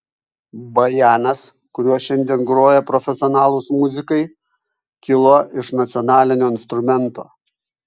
bajanas kuriuo šiandien groja profesionalūs muzikai kilo iš nacionalinio instrumento